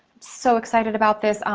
so excited about this.